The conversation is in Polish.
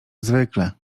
zwykle